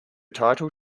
title